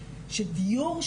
שדיור,